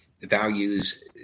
values